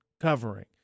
covering